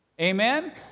Amen